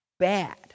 bad